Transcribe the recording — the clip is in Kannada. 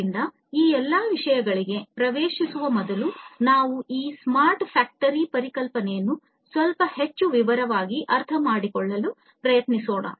ಆದ್ದರಿಂದ ಈ ಎಲ್ಲ ವಿಷಯಗಳಿಗೆ ಪ್ರವೇಶಿಸುವ ಮೊದಲು ನಾವು ಈ ಸ್ಮಾರ್ಟ್ ಕಾರ್ಖಾನೆ ಪರಿಕಲ್ಪನೆಯನ್ನು ಸ್ವಲ್ಪ ಹೆಚ್ಚು ವಿವರವಾಗಿ ಅರ್ಥಮಾಡಿಕೊಳ್ಳಲು ಪ್ರಯತ್ನಿಸೋಣ